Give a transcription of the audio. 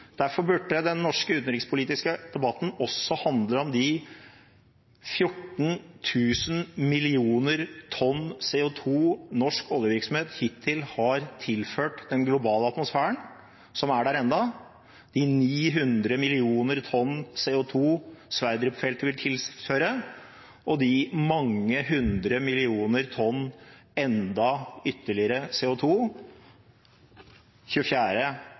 Derfor burde den norske utenrikspolitiske debatten også handle om de 14 000 millioner tonn CO 2 som norsk oljevirksomhet hittil har tilført den globale atmosfæren, som er der ennå, de 900 millioner tonn CO 2 som Sverdrup-feltet vil tilføre, og de mange hundre millioner tonn ytterligere